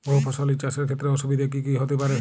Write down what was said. বহু ফসলী চাষ এর ক্ষেত্রে অসুবিধে কী কী হতে পারে?